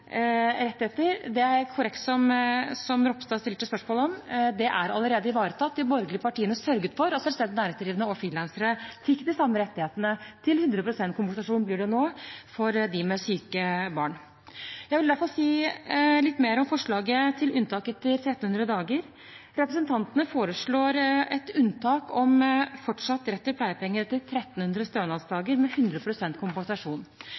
rettigheter, som Ropstad stilte spørsmål om, er det helt korrekt at det allerede er ivaretatt. De borgerlige partiene sørget for at selvstendig næringsdrivende og frilansere fikk de samme rettighetene – 100 pst. kompensasjon blir det nå for dem med syke barn. Jeg vil si litt mer om forslaget til unntak etter 1 300 dager. Representantene foreslår et unntak om fortsatt rett til pleiepenger etter 1 300 stønadsdager med 100 pst. kompensasjon.